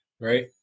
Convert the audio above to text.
Right